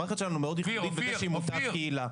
המערכת שלנו מאוד ייחודית בגלל שהיא מוטת קהילה.